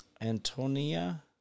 Antonia